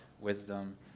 wisdom